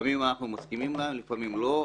לפעמים אנחנו מסכימים להן ולפעמים לא,